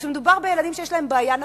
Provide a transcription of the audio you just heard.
אז כשמדובר בילדים שיש להם בעיה נפשית,